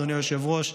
אדוני היושב-ראש,